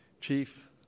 Chief